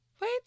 Wait